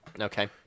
Okay